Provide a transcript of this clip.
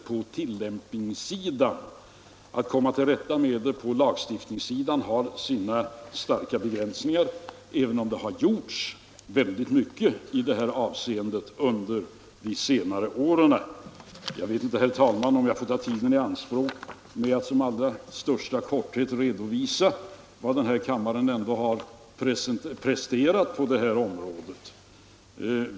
Förutsättningarna att komma till rätta med detta lagstiftningsvägen är starkt begränsade, även om det har gjorts mycket i detta avseende under senare år. Jag vet inte, herr talman, om jag får ta tiden i anspråk för att i allra största korthet redovisa vad kammaren ändå har presterat på detta område.